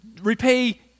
repay